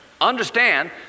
Understand